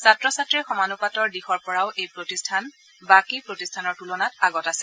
ছাত্ৰ ছাত্ৰীৰ সমান্পাতৰ দিশৰ পৰাও এই প্ৰতিষ্ঠান বাকি প্ৰতিষ্ঠানৰ তূলনাত আগত আছে